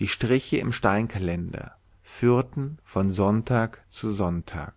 die striche im steinkalender führten von sonntag zu sonntag